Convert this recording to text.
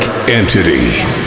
Entity